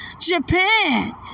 Japan